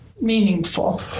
meaningful